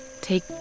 Take